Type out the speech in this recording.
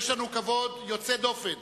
יש לנו כבוד יוצא דופן